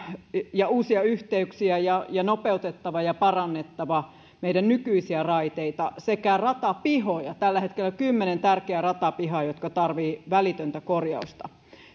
ja uusia yhteyksiä ja ja nopeutettava ja parannettava meidän nykyisiä raiteita sekä ratapihoja tällä hetkellä on kymmenen tärkeää ratapihaa jotka tarvitsevat välitöntä korjausta